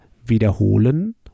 wiederholen